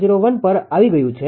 01 પર આવી ગયું છે